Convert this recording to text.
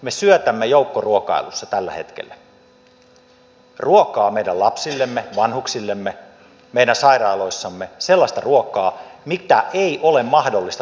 me syötämme joukkoruokailussa tällä hetkellä meidän lapsillemme vanhuksillemme meidän sairaaloissamme sellaista ruokaa mitä ei ole mahdollista tuottaa suomessa